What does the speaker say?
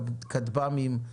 כטב"מים,